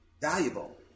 valuable